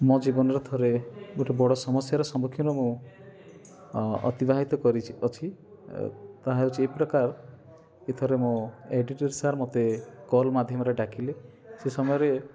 ମୋ ଜୀବନରେ ଥରେ ଗୋଟେ ବଡ଼ ସମସ୍ୟାର ସମୁଖୀନ ମୁଁ ଅତିବାହିତ କରିଛି ଅଛି ତା ହେଉଛି ଏଇ ପ୍ରକାର କି ଥରେ ମୋ ଏଡ଼ିଟିର ସାର ମତେ କଲ ମାଧ୍ୟମରେ ମତେ ଡାକିଲେ ସେ ସମୟରେ